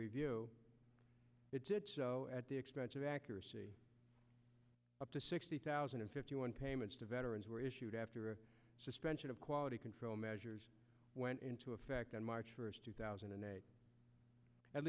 review it's at the expense of accuracy up to sixty thousand and fifty one payments to veterans were issued after a suspension of quality control measures went into effect on march first two thousand and eight at